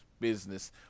business